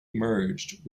merged